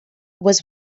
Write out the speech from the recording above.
was